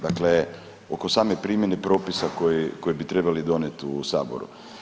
Dakle, oko same primjene propisa koje bi trebali donijeti u saboru.